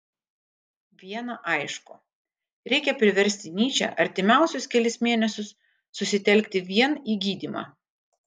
viena aišku reikia priversti nyčę artimiausius kelis mėnesius susitelkti vien į gydymą